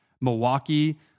Milwaukee